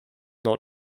not